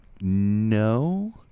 No